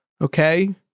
okay